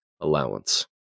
allowance